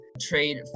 trade